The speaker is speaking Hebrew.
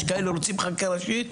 יש כאלו שרוצים חקיקה ראשית.